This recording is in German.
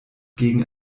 gegen